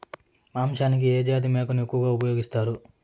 మాంసానికి ఏ జాతి మేకను ఎక్కువగా ఉపయోగిస్తారు?